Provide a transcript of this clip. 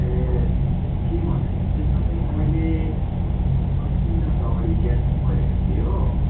ए के भन्दाखेरि चाहिँ तपाईँ मैले दस दिन जस्तो अगाडि ग्यास बुक गरेको थिएँ हो